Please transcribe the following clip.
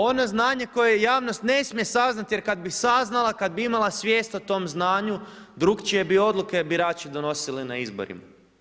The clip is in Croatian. Ono znanje koje javnost ne smije saznati jer kad bi saznala, kad bi imala svijest o tom znanju, drukčije bi odluke birači donosili na izborima.